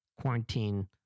quarantine